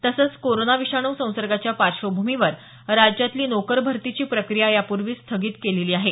तसंच कोरोना विषाणू संसर्गाच्या पार्श्वभूमीवर राज्यातली नोकर भरतीची प्रक्रिया यापूर्वीच स्थगित केलेली आहे